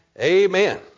Amen